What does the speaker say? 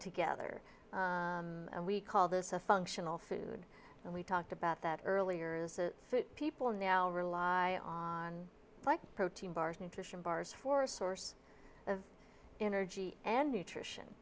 together and we call this a functional food and we talked about that earlier as a people now rely on like protein bars nutrition bars for a source of energy and nutrition